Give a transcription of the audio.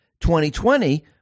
2020